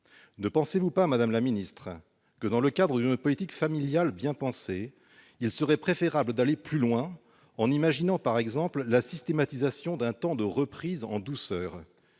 Ne pensez-vous pas, madame la ministre, que, dans le cadre d'une politique familiale bien pensée, il serait préférable d'aller plus loin, en imaginant par exemple la systématisation d'un temps de reprise en douceur ?